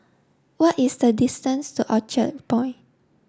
what is the distance to Orchard Point